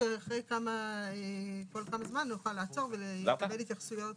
שאחרי כל כמה זמן נוכל לעצור ולקבל התייחסויות.